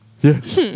Yes